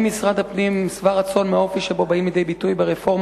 משרד הפנים שבע רצון מהאופן שבו באים לידי ביטוי ברפורמה